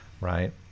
right